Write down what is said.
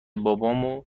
بابامو